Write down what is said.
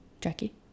Jackie